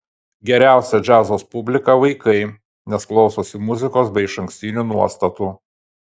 geriausia džiazo publika vaikai nes klausosi muzikos be išankstinių nuostatų